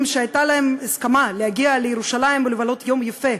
שהייתה להם הסכמה להגיע לירושלים ולבלות יום יפה